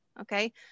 okay